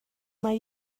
mae